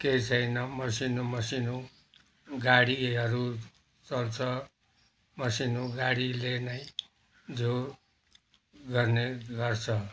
केही छैन मसिनो मसिनो गाडीहरू चल्छ मसिनो गाडीले नै जो गर्ने गर्छ